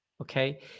okay